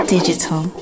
Digital